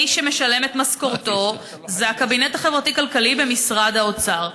מי שמשלם את משכורתו זה הקבינט החברתי-כלכלי במשרד האוצר.